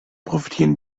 profitieren